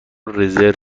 رزرو